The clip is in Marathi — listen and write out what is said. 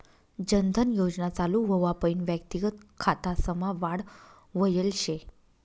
जन धन योजना चालू व्हवापईन व्यक्तिगत खातासमा वाढ व्हयल शे